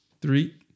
Three